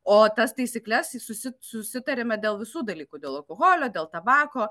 o tas taisykles į susi susitariame dėl visų dalykų dėl alkoholio dėl tabako